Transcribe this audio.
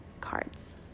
cards